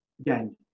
Again